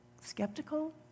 skeptical